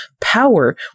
power